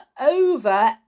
over